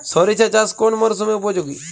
সরিষা চাষ কোন মরশুমে উপযোগী?